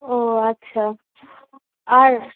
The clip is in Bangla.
ও আচ্ছা আর